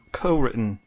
co-written